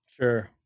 Sure